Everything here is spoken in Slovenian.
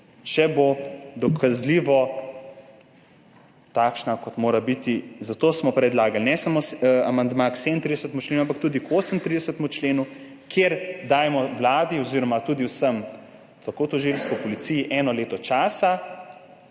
če bo dokazljivo takšna, kot mora biti. Zato smo predlagali ne samo amandmaja k 37. členu, ampak tudi k 38. členu, kjer dajemo Vladi oziroma tudi vsem, tako tožilstvu, policiji, eno leto časa,